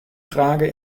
frage